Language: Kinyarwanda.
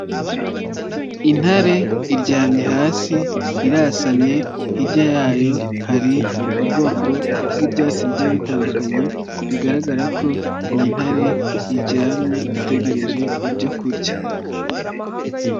Intare iryamye hasi irasamye hirya yayo hari ubwoko bw'ibyatsi bigiye bitandukanye, bigaragara ko iyi ntare iryamye itegereje ibyo kurya.